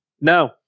no